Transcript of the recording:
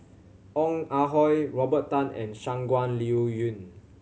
Ong Ah Hoi Robert Tan and Shangguan Liuyun